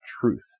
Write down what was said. truth